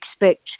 expect